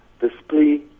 display